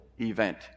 event